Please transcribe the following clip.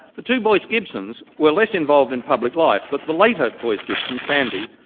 the two boyce-gibsons were less involved in public life, but the later boyce-gibson, sandy,